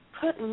put